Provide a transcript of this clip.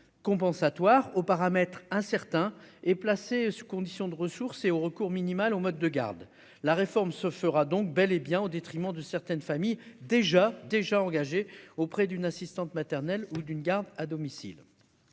compensatoires aux paramètres incertain et placé sous condition de ressources et au recours minimal aux modes de garde, la réforme se fera donc bel et bien, au détriment de certaines familles déjà déjà engagés auprès d'une assistante maternelle ou d'une garde à domicile,